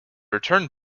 return